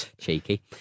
cheeky